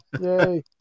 Yay